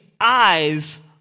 eyes